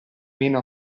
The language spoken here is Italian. meno